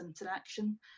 interaction